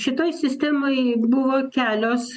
šitoj sistemoj buvo kelios